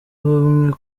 bamwe